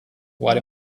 what